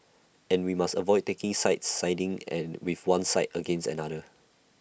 and we must avoid taking sides siding and with one side against another